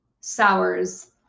sours